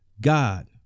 God